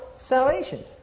Salvation